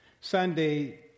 Sunday